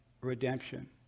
redemption